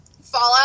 Fallout